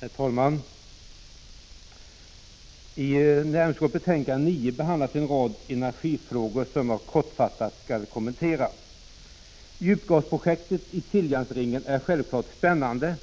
Herr talman! I näringsutskottets betänkande nr 9 behandlas en rad energifrågor som jag kortfattat skall kommentera. Djupgasprojektet i Siljansringen är självklart spännande